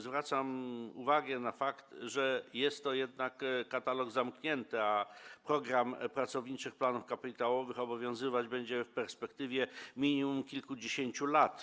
Zwracam uwagę na fakt, że jest to jednak katalog zamknięty, a program pracowniczych planów kapitałowych obowiązywać będzie w perspektywie minimum kilkudziesięciu lat.